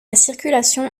circulation